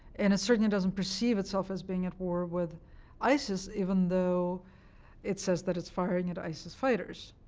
and it certainly doesn't perceive itself as being at war with isis, even though it says that it's firing at isis fighters.